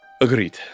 Agreed